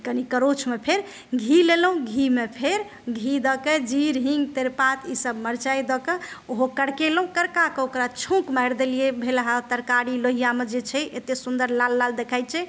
कनि करछुमे फेर घी लेलहुँ घीमे फेर घी दऽके जीर हीङ्ग तरिपात ईसब मरचाइ दऽके ओहो करकेलहुँ करकाके ओकरा छौँक मारि देलियै भेलहा तरकारी लोहियामे जे छै अते सुन्दर लाल लाल देखाय छै